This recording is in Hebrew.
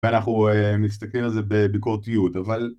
ואנחנו אה... נסתכל על זה בביקורתיות, אבל